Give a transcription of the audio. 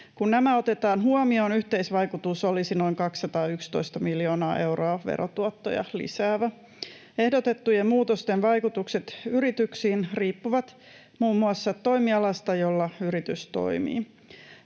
Kun nämä otetaan huomioon, yhteisvaikutus olisi noin 211 miljoonaa euroa verotuottoja lisäävä. Ehdotettujen muutosten vaikutukset yrityksiin riippuvat muun muassa toimialasta, jolla yritys toimii.